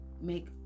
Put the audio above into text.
make